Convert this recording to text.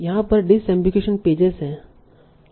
यहाँ पर disambiguation pages हैं